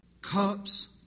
cups